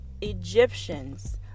Egyptians